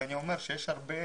יש הרבה